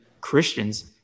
Christians